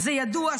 זה ידוע,